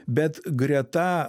bet greta